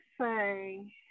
say